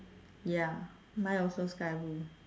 ya mine also sky blue